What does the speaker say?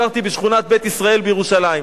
גרתי בשכונת בית-ישראל בירושלים.